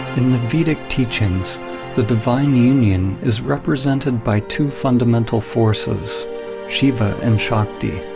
in the vedic teachings the divine union is represented by two fundamental forces shiva and shakti.